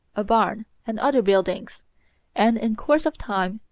a barn, and other buildings and, in course of time,